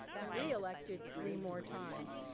and reelected three more times.